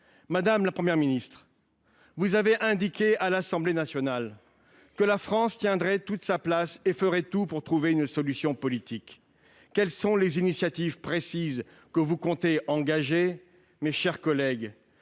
Madame la Première ministre, vous avez indiqué à l’Assemblée nationale que la France tiendrait toute sa place et ferait tout pour trouver une solution politique. Quelles sont les initiatives précises que vous comptez engager ? Mes chers collègues,